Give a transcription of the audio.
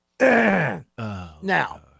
Now